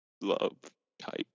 love-type